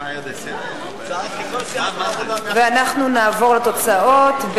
אנחנו נעבור לתוצאות.